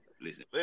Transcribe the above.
Listen